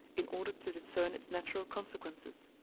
in order to discern its natural consequences,